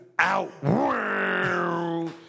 out